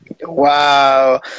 Wow